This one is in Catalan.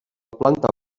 planta